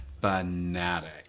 fanatic